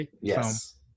Yes